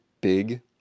big